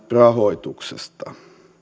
rahoituksesta